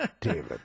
David